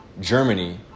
Germany